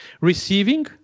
receiving